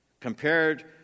compared